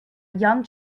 young